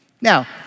Now